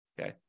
Okay